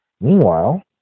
meanwhile